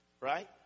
Right